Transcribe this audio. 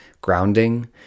grounding